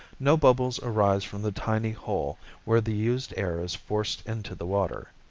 no bubbles arise from the tiny hole where the used air is forced into the water.